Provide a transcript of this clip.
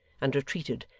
and retreated,